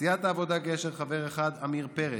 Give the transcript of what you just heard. סיעת העבודה-גשר, חבר אחד, עמיר פרץ,